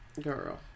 Girl